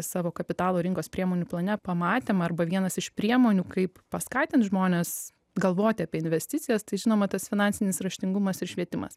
savo kapitalo rinkos priemonių plane pamatėm arba vienas iš priemonių kaip paskatint žmones galvoti apie investicijas tai žinoma tas finansinis raštingumas ir švietimas